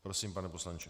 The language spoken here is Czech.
Prosím, pane poslanče.